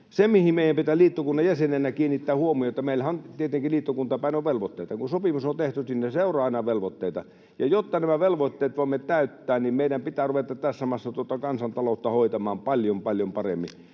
se, mihin meidän pitää liittokunnan jäsenenä kiinnittää huomiota: Meillähän on tietenkin liittokuntaan päin velvoitteita, kun sopimus on tehty, sinne seuraa aina velvoitteita, ja jotta nämä velvoitteet voimme täyttää, niin meidän pitää ruveta tässä maassa kansantaloutta hoitamaan paljon, paljon